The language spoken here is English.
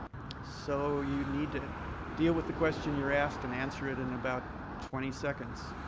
so you need to deal with the question you're asked and answer it in about twenty seconds.